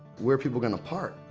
where are people gonna park?